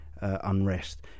unrest